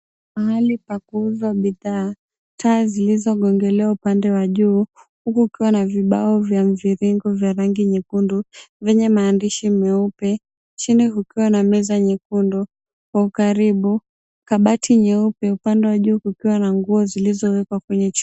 Mahali pakuuza bidhaa. Taa zilizogongekewa upande wa juu huku kukiwa na vibao vya mviringo vya rngi nyekundu vyenye maandishi meupe, chini kukiwa na meza nyekundu. Kwa ukaribu, kabati nyeupe upande wa juu kukiwa na nguo zilizowekwa kwenye.